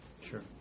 Sure